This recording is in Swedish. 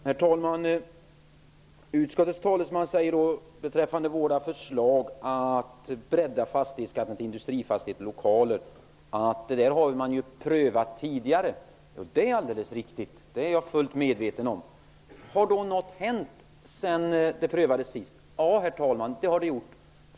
Herr talman! Utskottets talesman säger beträffande vårt förslag att bredda fastighetsskatten så att den omfattar även industrifastigheter och lokaler att det har prövats tidigare. Ja, det är alldeles riktigt. Det är jag fullt medveten om. Har då något hänt sedan frågan prövades senast? Ja, herr talman, det har det gjort.